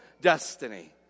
destiny